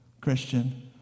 Christian